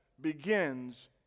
begins